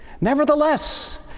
Nevertheless